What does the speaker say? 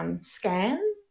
scan